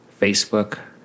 Facebook